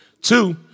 two